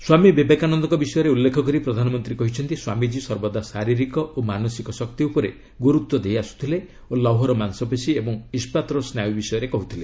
ସ୍ୱାମୀ ବିବେକାନନ୍ଦଙ୍କ ବିଷୟରେ ଉଲ୍ଲେଖ କରି ପ୍ରଧାନମନ୍ତ୍ରୀ କହିଛନ୍ତି ସ୍ୱାମିଜୀ ସର୍ବଦା ଶାରିରୀକ ଓ ମାନସିକ ଶକ୍ତି ଉପରେ ଗୁରୁତ୍ୱ ଦେଇ ଆସ୍ରଥିଲେ ଓ ଲୌହର ମାଂସପେଶୀ ଏବଂ ଇସ୍କାତର ସ୍ୱାୟ ବିଷୟରେ କହ୍ତ୍ଥିଲେ